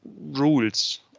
rules